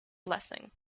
blessing